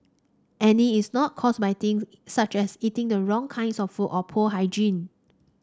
acne is not caused by things such as eating the wrong kinds of food or poor hygiene